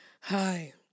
Hi